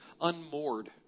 unmoored